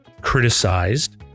criticized